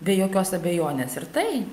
be jokios abejonės ir tai